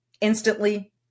instantly